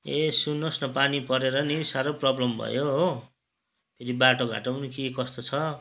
ए सुन्नुहोस् न पानी परेर नि साह्रो प्रब्लम भयो हो फेरि बाटोघाटो पनि के कस्तो छ